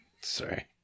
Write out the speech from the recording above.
Sorry